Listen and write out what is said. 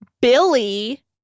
Billy